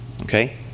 okay